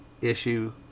issue